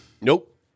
Nope